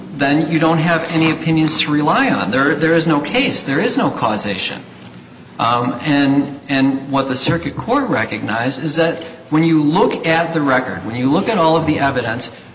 then you don't have any opinions to rely on there or there is no case there is no causation and and what the circuit court recognize is that when you look at the record when you look at all of the evidence